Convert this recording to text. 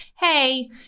hey